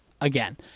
again